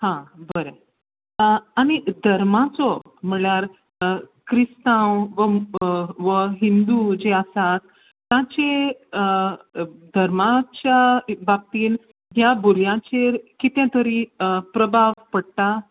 हां बरें आनी धर्माचो म्हळ्यार क्रिस्तांव व व व हिंदू जे आसा ताचे धर्माच्या बापतीन त्या भुरग्यांचेर कितें तरी प्रभाव पडटा